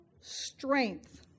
strength